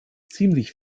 ziemlich